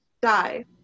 die